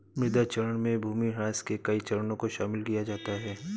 मृदा क्षरण में भूमिह्रास के कई चरणों को शामिल किया जाता है